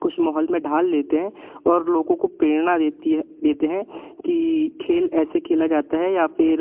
उस माहौल में ढाल लेते हैं और लोगों को प्रेरणा देती है देते हैं कि खेल ऐसे खेला जाता है या फिर